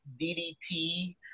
DDT